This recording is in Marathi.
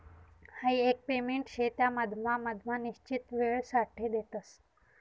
हाई एक पेमेंट शे त्या मधमा मधमा निश्चित वेळसाठे देतस